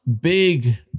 big